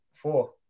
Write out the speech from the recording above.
Four